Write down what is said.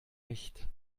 nicht